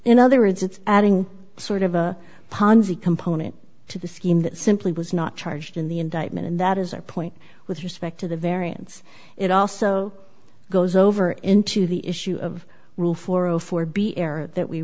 in other words it's adding sort of a ponzi component to the scheme that simply was not charged in the indictment and that is our point with respect to the variance it also goes over into the issue of rule for a for b error that we